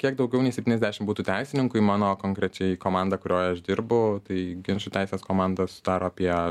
kiek daugiau nei septyniasdešimt butų teisininkų mano konkrečiai komanda kurioje aš dirbu tai ginčų teisės komandos sudaro apie